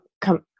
Come